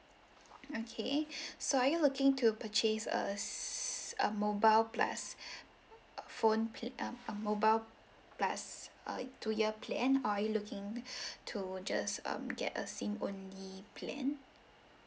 okay so are you looking to purchase a s~ a mobile plus phone pl~ um a mobile plus uh two year plan or are you looking to just um get a SIM only plan